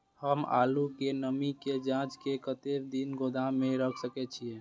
हम आलू के नमी के जाँच के कतेक दिन गोदाम में रख सके छीए?